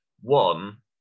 One